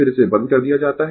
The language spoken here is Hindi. फिर इसे बंद कर दिया जाता है